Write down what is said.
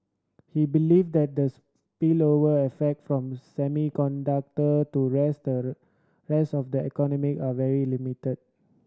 he believes that the spillover effect from semiconductor to rest rest of the economy are very limited